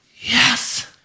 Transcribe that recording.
Yes